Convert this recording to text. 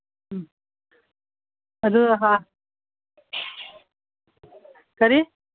ꯎꯝ ꯑꯗꯨ ꯀꯔꯤ